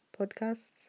podcasts